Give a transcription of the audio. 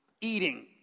Eating